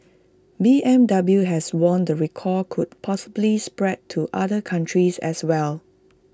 B M W has warned the recall could possibly spread to other countries as well